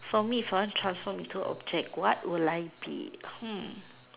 for me if I want to transform into a object what would I be hmm